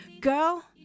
girl